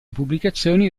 pubblicazioni